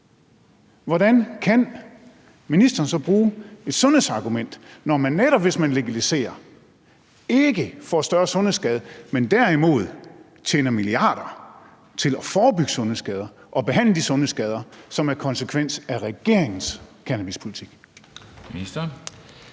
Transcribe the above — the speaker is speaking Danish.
Hvordan kan ministeren så bruge et sundhedsargument, når man netop, hvis man legaliserer, ikke får større sundhedsskade, men derimod tjener milliarder til at forebygge sundhedsskader og behandle de sundhedsskader, som er en konsekvens af regeringens cannabispolitik?